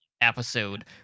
episode